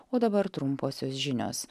o dabar trumposios žinios